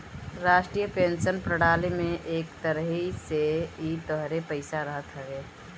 राष्ट्रीय पेंशन प्रणाली में एक तरही से इ तोहरे पईसा रहत हवे